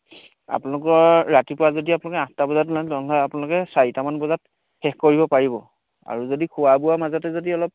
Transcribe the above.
আপোনালোকৰ ৰাতিপুৱা যদি আপুনি আঠটা বজাত আপোনালোকে চাৰিটামান বজাত শেষ কৰিব পাৰিব আৰু যদি খোৱা বোৱাৰ মাজতে যদি অলপ